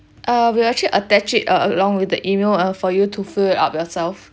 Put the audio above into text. uh we actually attach it al~ along with the email uh for you to fill it up yourself